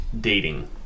dating